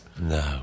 No